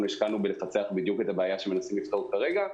השקענו בלפצח בדיוק את הבעיה שמנסים לפתור כרגע.